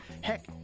heck